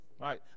Right